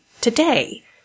today